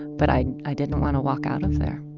but i i didn't want to walk out of there